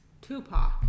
tupac